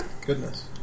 Goodness